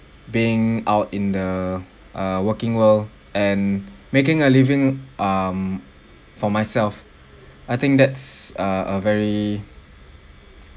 being out in the uh working world and making a living um for myself I think that's a a very